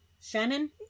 Shannon